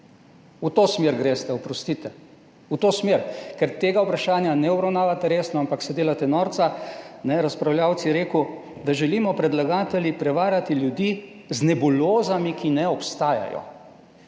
V to smer greste, oprostite, v to smer, ker tega vprašanja ne obravnavate resno, ampak se delate norca. Razpravljavec je rekel, da želimo predlagatelji prevarati ljudi z nebulozami, ki ne obstajajo,